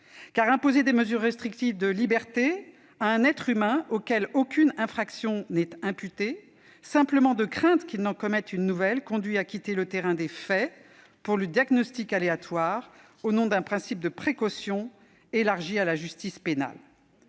Car imposer des mesures restrictives de liberté à un être humain auquel aucune infraction n'est imputée, simplement de crainte qu'il n'en commette une nouvelle, conduit à quitter le terrain des faits pour le diagnostic aléatoire au nom d'un principe de précaution élargi à la justice pénale.